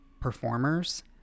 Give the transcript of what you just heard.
performers